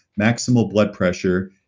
maximal blood pressure,